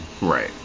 Right